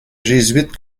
jésuite